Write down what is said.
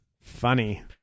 funny